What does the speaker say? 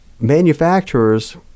manufacturers